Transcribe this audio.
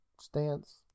stance